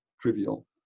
trivial